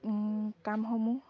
কামসমূহ